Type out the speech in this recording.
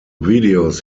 videos